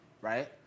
right